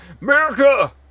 America